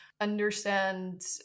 understand